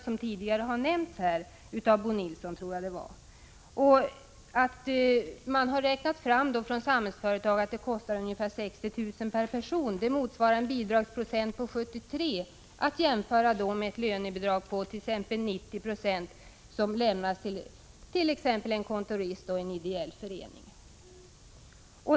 Det har tidigare nämnts här — jag tror att det var Bo Nilsson som sade det. Samhällsföretag har räknat fram att det kostar ungefär 60 000 kr. per person, vilket motsvarar en bidragsandel på 73 Jo. Detta skall då jämföras med ett lönebidrag på 90 26 som lämnas t.ex. för en kontorist i en ideell förening.